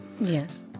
Yes